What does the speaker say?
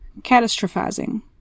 Catastrophizing